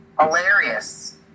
Hilarious